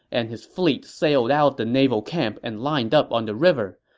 and his fleet sailed out of the naval camp and lined up on the river.